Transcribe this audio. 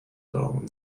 down